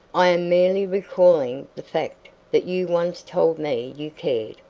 i am merely recalling the fact that you once told me you cared.